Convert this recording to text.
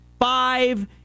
five